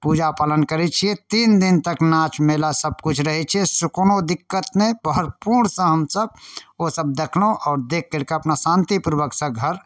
पूजा पालन करै छियै तीन दिन तक नाच मेला सब किछु रहै छै कोनो दिक्कत नहि भरपूर सँ हमसब ओसब देखलहुॅं आओर देख करि कऽ अपना शांति पूर्वक सऽ घर